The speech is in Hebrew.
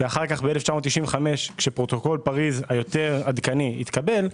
אחר כך ב-95' כשפרוטוקול פריז היותר עדכני התקבל,